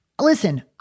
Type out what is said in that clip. Listen